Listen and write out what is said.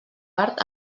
part